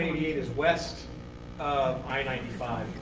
is west of i ninety five.